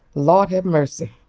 lord have mercy.